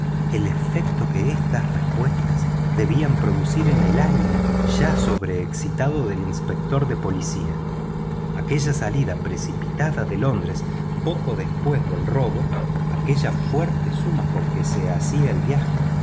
el efecto que estas respuestas debían producir en el ánimo ya sobreexcitado del inspector de policía aquella salida precipitada de londres poco después del robo aquella fuerte suma con que se hacía el viaje